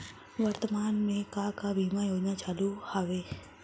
वर्तमान में का का बीमा योजना चालू हवये